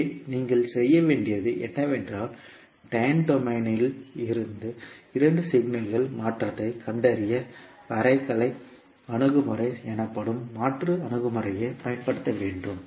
எனவே நீங்கள் செய்ய வேண்டியது என்னவென்றால் டைம் டொமைன் இல் இரண்டு சிக்னல்களின் மாற்றத்தைக் கண்டறிய வரைகலை அணுகுமுறை எனப்படும் மாற்று அணுகுமுறையைப் பயன்படுத்த வேண்டும்